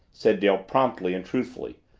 said dale promptly and truthfully.